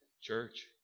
Church